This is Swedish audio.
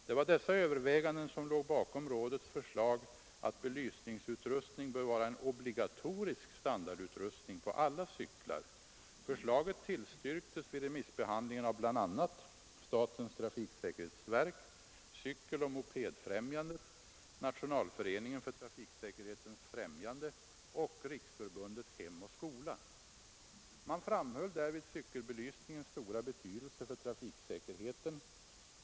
Det var dessa överväganden som låg bakom rådets förslag att belysningsutrustning bör vara en obligatorisk standardutrustning på alla cyklar. Förslaget tillstyrktes vid remissbehandlingen av bl.a. statens trafiksäkerhetsverk, Cykeloch mopedfrämjandet, Nationalföreningen för trafiksäkerhetens främjande och Riksförbundet Hem och skola. Man framhöll därvid cykelbelysningens stora betydelse för trafiksäkerheten.